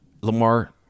lamar